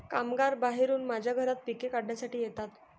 कामगार बाहेरून माझ्या घरात पिके काढण्यासाठी येतात